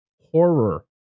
Horror